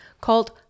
called